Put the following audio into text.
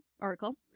article